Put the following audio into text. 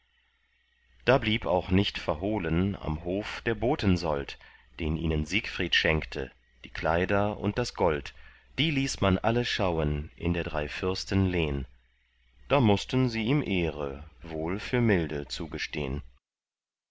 da blieb auch nicht verhohlen am hof der botensold den ihnen siegfried schenkte die kleider und das gold die ließ man alle schauen in der drei fürsten lehn da mußten sie ihm ehre wohl für milde zugestehn